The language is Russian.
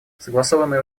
согласованные